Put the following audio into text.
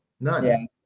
None